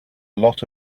lot